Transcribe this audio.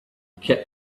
kept